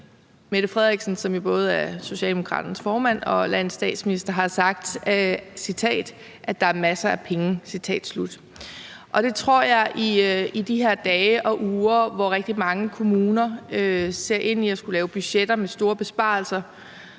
Mette Frederiksen, som jo både er Socialdemokraternes formand og landets statsminister, har sagt – og jeg citerer – at der er masser af penge. Jeg tror, det virker uforståeligt med det udsagn i de her dage og uger, hvor rigtig mange kommuner ser ind i at skulle lave budgetter med store besparelser